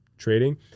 trading